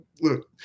Look